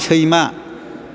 सैमा